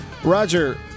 Roger